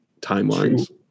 timelines